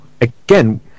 again